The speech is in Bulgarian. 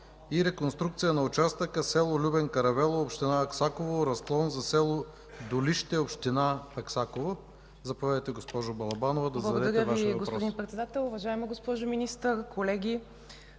и реконструкция на участъка село Любен Каравелово – община Аксаково, разклон за село Долище, община Аксаково. Заповядайте, госпожо Балабанова, да зададете Вашия въпрос.